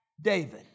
David